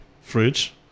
Fridge